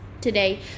Today